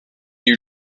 you